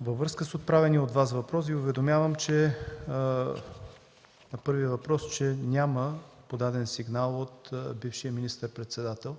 във връзка с отправения от Вас въпрос Ви уведомявам, че по първия въпрос няма отправен сигнал от бившия министър-председател